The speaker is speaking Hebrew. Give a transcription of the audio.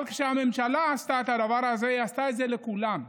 אבל כשהממשלה עשתה את הדבר הזה היא עשתה את זה לכולם,